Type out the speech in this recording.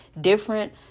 different